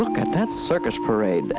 look at that circus parade